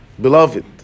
beloved